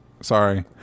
Sorry